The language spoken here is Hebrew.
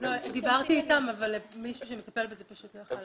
דיברתי איתם, אבל מי שמטפל בזה לא יכול היה להגיע.